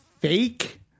fake